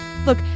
Look